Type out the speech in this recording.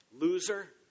loser